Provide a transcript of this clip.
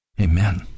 Amen